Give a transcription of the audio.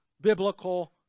biblical